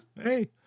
Hey